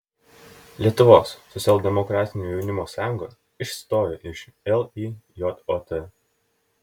lietuvos socialdemokratinio jaunimo sąjunga išstoja iš lijot